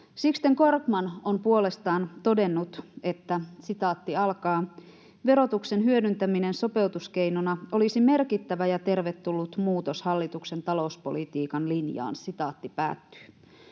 Sixten Korkman on puolestaan todennut, että ”verotuksen hyödyntäminen sopeutuskeinona olisi merkittävä ja tervetullut muutos hallituksen talouspolitiikan linjaan”.